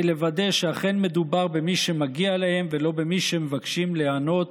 לוודא שאכן מדובר במי שמגיע להם ולא במי שמבקשים ליהנות